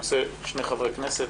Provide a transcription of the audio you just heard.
אני עושה ככה: שני חברי כנסת,